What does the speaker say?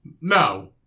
No